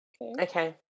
Okay